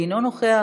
אינו נוכח,